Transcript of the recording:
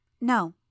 No